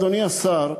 אדוני השר,